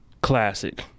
classic